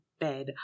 bed